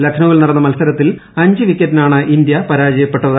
ലക്നൌവിൽ നടന്ന മത്സരത്തിൽ അഞ്ച് വിക്കറ്റിനാണ് ഇന്ത്യ പരാജയപ്പെട്ടത്